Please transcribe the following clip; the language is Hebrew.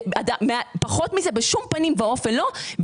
זה פחות מזה בשום פנים ואופן לא.